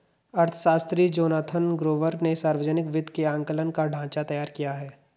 अर्थशास्त्री Jonathan Gruber ने सावर्जनिक वित्त के आंकलन का ढाँचा तैयार किया है